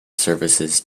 services